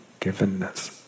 givenness